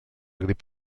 grip